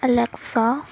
alexa